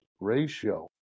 ratio